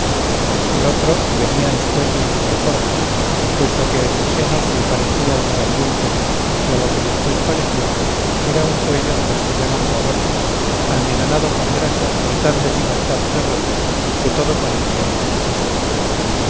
el otro venía escueto y sin alforjas puesto que en el seno se le parecía un gran bulto que a lo que después pareció era un cuello de los que llaman valones almidonado con grasa y tan deshilado de roto que todo parecía hilachas